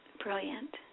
Brilliant